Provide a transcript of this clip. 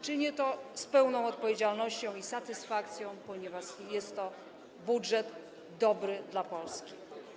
Czynię to z pełną odpowiedzialnością i satysfakcją, ponieważ jest to budżet dobry dla Polski.